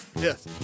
Yes